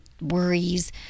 worries